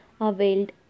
availed